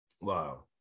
wow